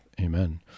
amen